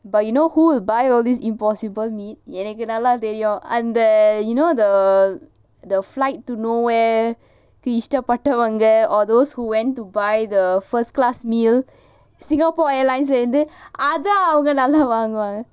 but you know who will buy all this impossible meat எனக்கு நல்லா தெரியும் அந்த:enakku nallaa theriyum atha you know the the flight to nowhere இஷ்டப்பட்டவங்க:ishtappattavanga or those who went to buy the first class meal singapore airlines leh இருந்து அதான் அவங்க நல்லா வாங்குவாங்க:irunthu athaan avanga nallaa vaanguvaanga